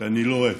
שאני לא אוהב,